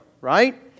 right